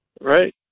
right